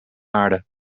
aarde